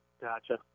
Gotcha